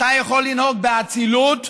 אתה יכול לנהוג באצילות,